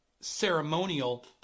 ceremonial